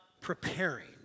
preparing